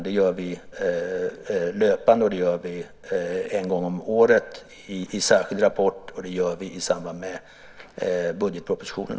Det gör vi löpande, det gör vi en gång om året i en särskild rapport och det gör vi också i samband med budgetpropositionen.